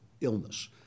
illness